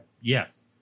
Yes